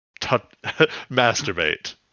masturbate